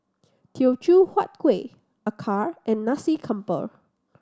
Teochew Huat Kueh acar and Nasi Campur